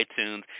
iTunes